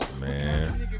Man